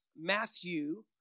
Matthew